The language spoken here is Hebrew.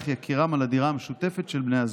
יקירם על הדירה המשותפת של בני הזוג.